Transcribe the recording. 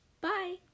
bye